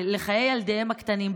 לחיי ילדיהם הקטנים.